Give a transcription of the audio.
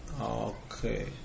Okay